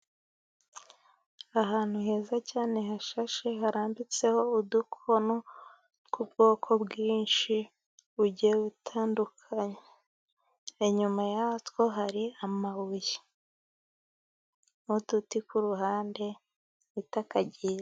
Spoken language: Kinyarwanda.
Ahantu heza cyane hashashe harambitseho udukono tw'ubwoko bwinshi bugiye butandukanye, inyuma ya two hari amabuye, uduti ku ruhande bita kagi...